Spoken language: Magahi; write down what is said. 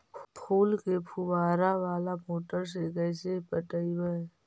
फूल के फुवारा बाला मोटर से कैसे पटइबै?